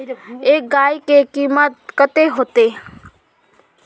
एक गाय के कीमत कते होते?